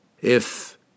If